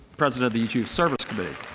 president of the uu service committee.